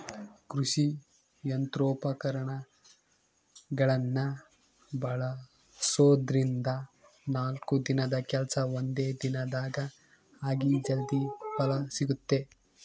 ಕೃಷಿ ಯಂತ್ರೋಪಕರಣಗಳನ್ನ ಬಳಸೋದ್ರಿಂದ ನಾಲ್ಕು ದಿನದ ಕೆಲ್ಸ ಒಂದೇ ದಿನದಾಗ ಆಗಿ ಜಲ್ದಿ ಫಲ ಸಿಗುತ್ತೆ